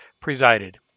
presided